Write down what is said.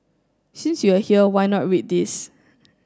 since you are here why not read this